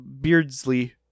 Beardsley